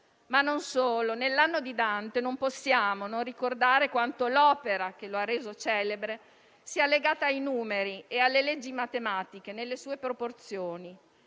Non solo: nell'anno di Dante non possiamo non ricordare quanto l'opera che lo ha reso celebre sia legata ai numeri e alle leggi matematiche nelle sue proporzioni.